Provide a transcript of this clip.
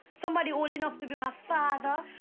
somebody old enough to be my father.